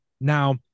Now